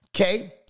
okay